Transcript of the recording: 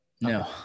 No